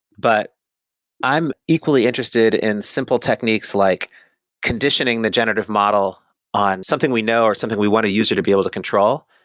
but i'm equally interested in simple techniques, like conditioning the generative model on something we know, or something we want to use or to be able to control.